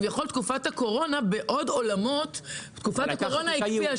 תקופת הקורונה בעוד עולמות, הקפיאה.